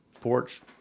porch